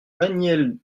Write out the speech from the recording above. daniel